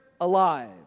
alive